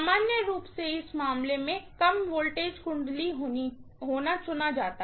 सामान्य रूप से इस मामले में कम वोल्टेज वाइंडिंग होना चुना जाता है